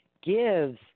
gives